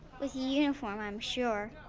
with a uniform i'm sure.